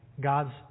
God's